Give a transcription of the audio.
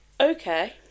okay